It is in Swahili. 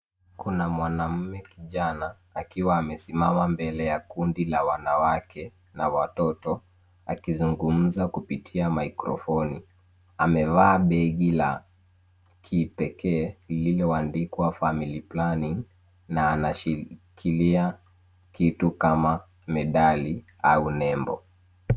Kuna mwanaume kijana akiwa amesimama mbele ya kundi la wanawake na watoto, akizungumza kupitia mikrofoni. Amevaa begi la kipekee lililoandikwa family planning na anashikilia kitu kama medali au nembo.